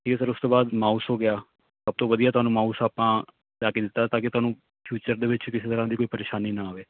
ਠੀਕ ਸਰ ਉਸ ਤੋਂ ਬਾਅਦ ਮਾਊਸ ਹੋ ਗਿਆ ਸਭ ਤੋਂ ਵਧੀਆ ਤੁਹਾਨੂੰ ਮਾਊਸ ਆਪਾਂ ਲਿਆ ਕੇ ਦਿੱਤਾ ਤਾਂ ਕਿ ਤੁਹਾਨੂੰ ਫਿਊਚਰ ਦੇ ਵਿੱਚ ਕਿਸੇ ਤਰ੍ਹਾਂ ਦੀ ਕੋਈ ਪਰੇਸ਼ਾਨੀ ਨਾ ਆਵੇ